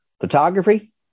photography